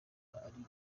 ari